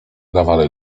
dawali